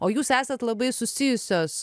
o jūs esat labai susijusios